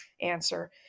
answer